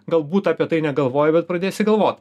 galbūt apie tai negalvoji bet pradėsi galvot